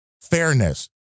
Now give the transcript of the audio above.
fairness